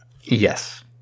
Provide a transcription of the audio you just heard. Yes